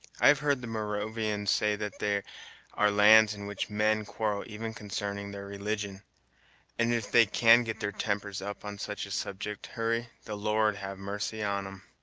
i have heard the moravians say that there are lands in which men quarrel even consarning their religion and if they can get their tempers up on such a subject, hurry, the lord have marcy on em.